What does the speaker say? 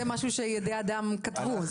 זה משהו שידי אדם כתבו,